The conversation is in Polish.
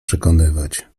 przekonywać